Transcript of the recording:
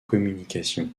communications